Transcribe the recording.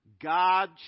God